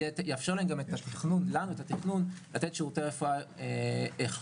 זה יאפשר לנו את התכנון לתת שירותי רפואה איכותיים